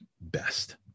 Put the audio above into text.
best